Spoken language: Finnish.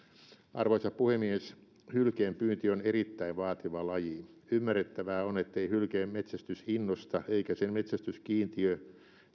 arvoisa puhemies hylkeenpyynti on erittäin vaativa laji ymmärrettävää on ettei hylkeenmetsästys innosta eikä sen metsästyskiintiö